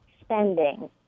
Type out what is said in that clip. spending